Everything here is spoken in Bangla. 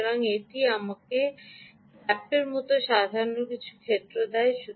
সুতরাং এটি আপনাকে ক্যাপের মতো সাজানোর কিছু ক্ষেত্র দেয়